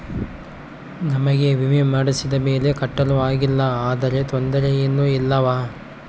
ನಮಗೆ ವಿಮೆ ಮಾಡಿಸಿದ ಮೇಲೆ ಕಟ್ಟಲು ಆಗಿಲ್ಲ ಆದರೆ ತೊಂದರೆ ಏನು ಇಲ್ಲವಾ?